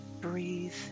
Breathe